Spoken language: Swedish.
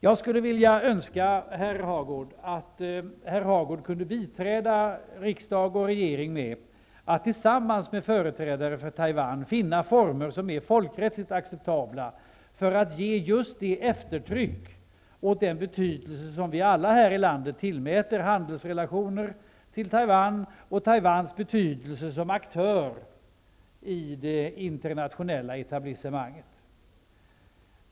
Jag skulle önska att herr Hagård kunde biträda riksdag och regering med att tillsammans med företrädare för Taiwan försöka finna former som är folkrättsligt acceptabla för att ge just det eftertryck och den betydelse som vi alla här i landet tillmäter handelsrelationerna med Taiwan och Taiwans betydelse som aktör i det internationella etablissemanget.